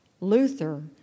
Luther